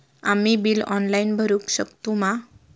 आम्ही bill online भरुक शकतू मा?